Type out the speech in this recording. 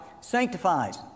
sanctifies